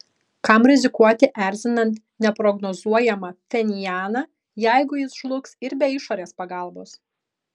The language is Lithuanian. kam rizikuoti erzinant neprognozuojamą pchenjaną jeigu jis žlugs ir be išorės pagalbos